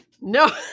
No